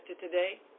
today